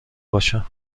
باشم